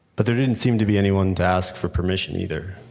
but there didn't seem to be anyone to ask for permission either.